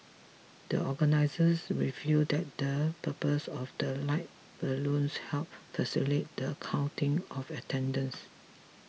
the organisers revealed that the purpose of the lighted balloons helped facilitate the counting of attendance